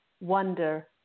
wonder